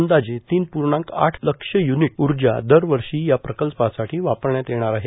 अंदाजे तीन पूर्णांक आठ लक्ष युनीट उर्जा दरवर्षी या प्रकल्पासाठी वापरण्यात येणार आहे